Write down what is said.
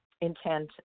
intent